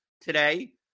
today